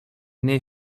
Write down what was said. nie